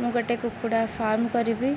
ମୁଁ ଗୋଟେ କୁକୁଡ଼ା ଫାର୍ମ କରିବି